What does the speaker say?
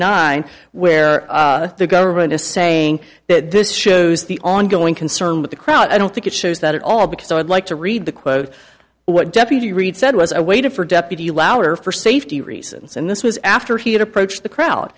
nine where the government is saying that this shows the ongoing concern with the crowd i don't think it shows that at all because i'd like to read the quote what deputy reid said was i waited for deputy louder for safety reasons and this was after he had approached the crowd